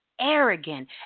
arrogant